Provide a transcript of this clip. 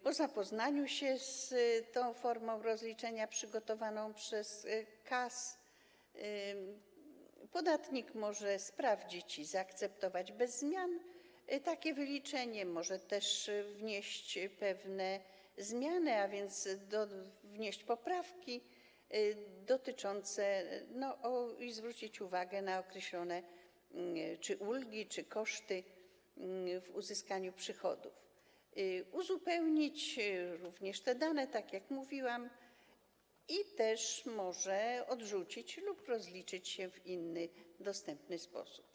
Po zapoznaniu się z tą formą rozliczenia przygotowaną przez KAS podatnik może sprawdzić i zaakceptować bez zmian takie wyliczenie, może też wnieść pewne zmiany, a więc wnieść poprawki, zwrócić uwagę na określone ulgi czy koszty uzyskania przychodów, uzupełnić również te dane, tak jak mówiłam, i też może to odrzucić lub rozliczyć się w inny dostępny sposób.